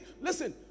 Listen